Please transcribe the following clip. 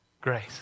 Grace